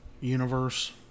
universe